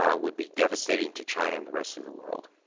um would be devastating to china and the rest of the world.